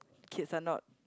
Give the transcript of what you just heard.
kids are not